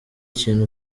kintu